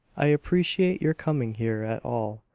i appreciate your coming here at all,